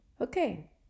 Okay